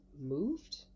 moved